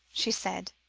she said,